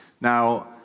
Now